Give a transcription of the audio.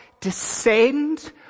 descend